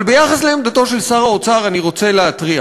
אבל אני רוצה להתריע